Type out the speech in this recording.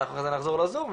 אנחנו אחרי זה נחזור לזום.